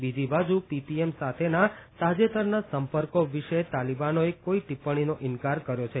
બીજી બાજુ પીપીએમ સાથેના તાજેતરના સંપર્કો વિશે તાલિબાનોએ કોઇ ટિપ્પણીનો ઇન્કાર કર્યો છે